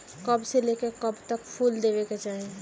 कब से लेके कब तक फुल देवे के चाही?